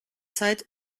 zeit